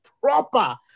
proper